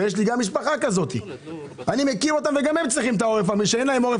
ויש לי גם משפחה כזאת אין להם עורף